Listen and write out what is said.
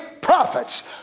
prophets